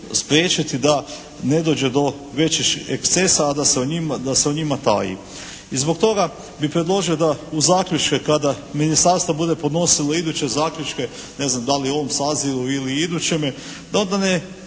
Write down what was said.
spriječiti da ne dođe do većih ekscesa a da se o njima taji. I zbog toga bi predložio da u zaključke kada ministarstvo bude podnosilo iduće zaključke ne znam da li u ovom sazivu ili u idućeme, da ne